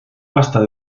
pasta